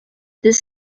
this